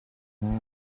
hmu